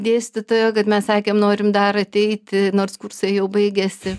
dėstytojo kad mes sakėm norim dar ateiti nors kursai jau baigėsi